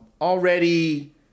Already